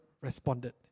responded